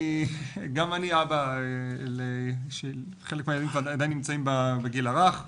גם אני אבא וחלק מהילדים שלי עדיין בגיל הרך.